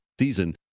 season